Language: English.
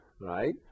right